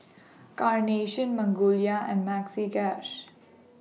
Carnation Magnolia and Maxi Cash